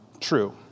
true